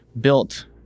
built